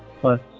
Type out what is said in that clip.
plus